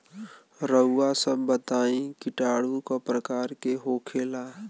रउआ सभ बताई किटाणु क प्रकार के होखेला?